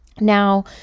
Now